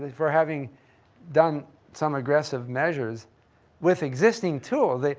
for having done some aggressive measures with existing tools.